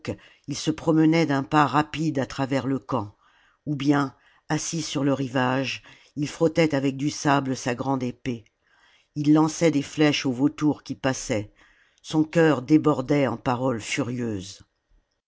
il se promenait d'un pas rapide à travers le camp ou bien assis sur le rivage il frottait avec du sable sa grande épée ii lançait des flèches aux vautours qui passaient son cœur débordait en paroles futieuses